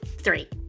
three